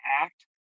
act